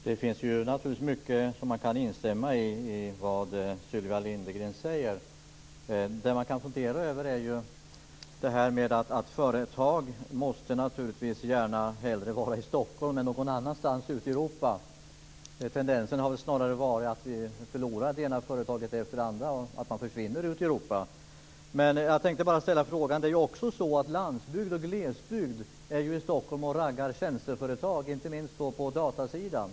Fru talman! Man kan naturligtvis instämma i mycket av det som Sylvia Lindgren sade. Företag skall naturligtvis hellre vara i Stockholm än någon annanstans ute i Europa. Tendensen har snarare varit att vi har förlorat det ena företaget efter det andra. De försvinner ut till Europa. Man kommer ju också från landsbygd och glesbygd till Stockholm för att ragga tjänsteföretag, inte minst på datasidan.